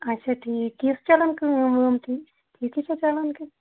اچھا ٹھیٖک کیٛاہ چَلان کٲم وٲم تُہۍ ٹھیٖک چھا چَلان کِنہٕ